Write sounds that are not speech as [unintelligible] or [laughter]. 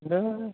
[unintelligible]